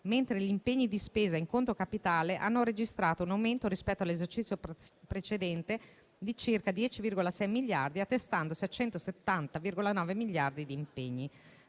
mentre gli impegni di spesa in conto capitale hanno registrato un aumento rispetto all'esercizio precedente di circa 10,6 miliardi, attestandosi a 170,9 miliardi di impegni.